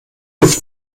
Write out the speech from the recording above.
luft